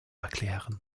erklären